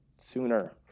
sooner